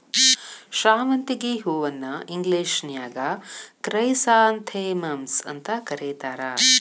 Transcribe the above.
ಶಾವಂತಿಗಿ ಹೂವನ್ನ ಇಂಗ್ಲೇಷನ್ಯಾಗ ಕ್ರೈಸಾಂಥೆಮಮ್ಸ್ ಅಂತ ಕರೇತಾರ